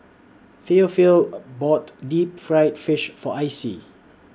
Theophile bought Deep Fried Fish For Icie